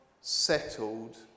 settled